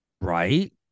right